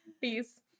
peace